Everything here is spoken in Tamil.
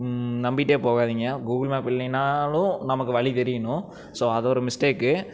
நம்பிகிட்டே போகாதீங்க கூகுள் மேப் இல்லைனாலும் நமக்கு வழி தெரியணும் ஸோ அது ஒரு மிஸ்டேக்கு